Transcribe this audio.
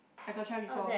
I got try before